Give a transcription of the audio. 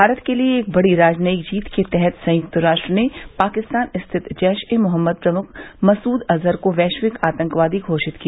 भारत के लिए एक बड़ी राजनयिक जीत के तहत संयुक्त राष्ट्र ने पाकिस्तान स्थित जैश ए मोहम्मद प्रमुख मसूद अजहर को वैश्विक आतंकवादी घोषित किया